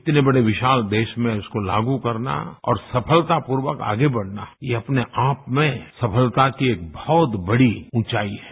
इतने बड़े विशाल देश में उसको लागू करना और सफलताप्रवक आगे बढ़ना यह अपने आप में सफलता की बहुत बड़ी ऊंचाई है